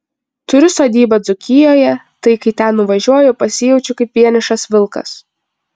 turiu sodybą dzūkijoje tai kai ten nuvažiuoju pasijaučiu kaip vienišas vilkas